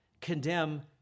condemn